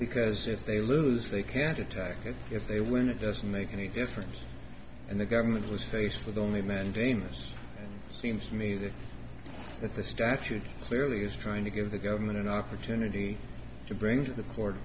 because if they lose they can't attack it if they win it doesn't make any difference and the government was faced with only a mandamus seems to me that that the statute clearly is trying to give the government an opportunity to bring to the court